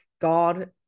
God